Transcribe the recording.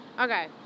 Okay